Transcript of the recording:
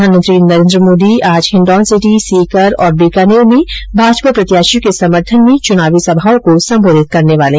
प्रधानमंत्री नरेंद्र मोदी आज हिण्डौनसिटी सीकर और बीकानेर में भाजपा प्रत्याशियों के समर्थन में चुनावी सभाओं को संबोधित करेंगे